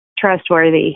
trustworthy